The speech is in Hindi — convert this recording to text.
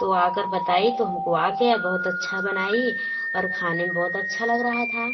तो वो आकर बताई तो हमको आ गया बहुत अच्छा बनाई और खाने में बहुत अच्छा लग रहा था